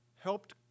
helped